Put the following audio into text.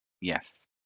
Yes